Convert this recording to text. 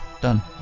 done